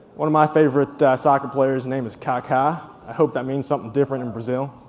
one of my favorite soccer players' name is kaka. i hope that means something different in brazil.